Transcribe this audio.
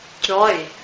joy